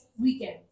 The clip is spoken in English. weekend